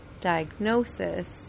diagnosis